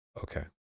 Okay